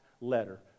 letter